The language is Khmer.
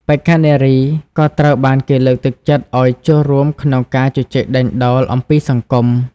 បេក្ខនារីក៏ត្រូវបានគេលើកទឹកចិត្តឲ្យចូលរួមក្នុងការជជែកដេញដោលអំពីសង្គម។